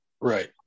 Right